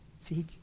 See